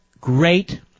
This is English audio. great